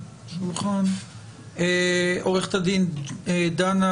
עו"ד דנה